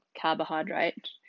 carbohydrate